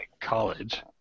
college